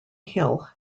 hill